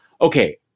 Okay